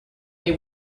they